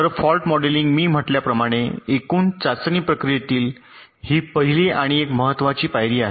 तर fault modelling मी म्हटल्याप्रमाणे एकूण चाचणी प्रक्रियेतील ही पहिली आणि एक महत्वाची पायरी आहे